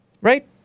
Right